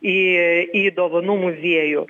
į į dovanų muziejų